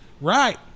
Right